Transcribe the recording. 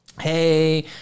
Hey